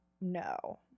No